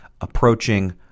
approaching